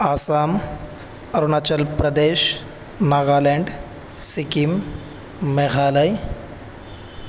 Assam Arunachal Pradesh Nagaland Sikkim Meghalaya